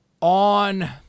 on